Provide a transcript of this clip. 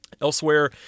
Elsewhere